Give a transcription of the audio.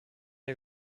der